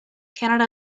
canada